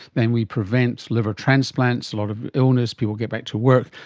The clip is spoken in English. then we prevent liver transplants, a lot of illness, people get back to work,